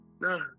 no